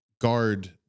guard